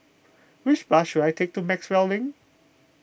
which bus should I take to Maxwell Link